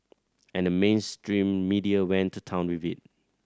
and the mainstream media went to town with it